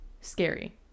Scary